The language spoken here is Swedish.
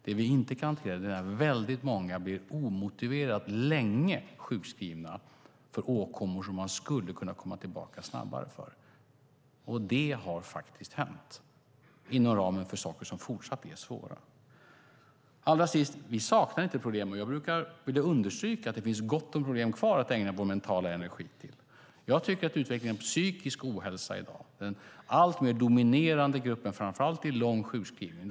Det vi inte kan hantera är när väldigt många blir sjukskrivna omotiverat länge för åkommor efter vilka de skulle kunna komma tillbaka snabbare. Det har faktiskt hänt inom ramen för saker som fortsatt är svåra. Allra sist: Vi saknar inte problem. Jag brukar understryka att det finns gott om problem kvar att ägna vår mentala energi åt. Psykisk ohälsa är i dag den alltmer dominerande gruppen, framför allt i lång sjukskrivning.